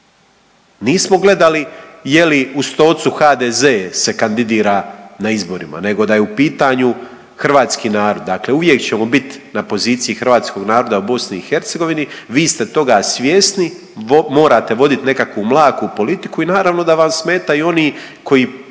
Nismo gledali je li u Stocu HDZ se kandidira na izborima nego da je u pitanju hrvatski narod. Dakle, uvijek ćemo biti na poziciji hrvatskog naroda u BiH, vi ste toga svjesni morate vodit nekakvu mlaku politiku i naravno dam smetaju oni koji